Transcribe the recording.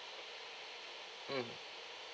mm